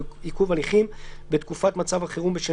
הוא "בעיכוב הליכים בתקופת מצב חירום בשל